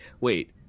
wait